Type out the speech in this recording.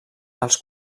els